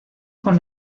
con